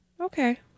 Okay